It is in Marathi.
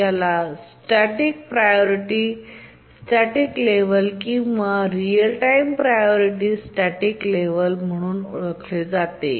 याला स्टॅटिक प्रायोरिटी स्टॅटिक लेव्हल किंवा real time priority static level level म्हणून देखील ओळखले जाते